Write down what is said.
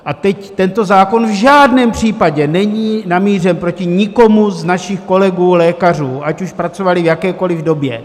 A teď tento zákon v žádném případě není namířen proti nikomu z našich kolegů lékařů, ať už pracovali v jakékoli době.